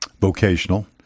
vocational